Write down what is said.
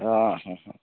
हां हां